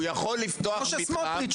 הוא יכול לפתוח מתחם --- כמו שסמוטריץ'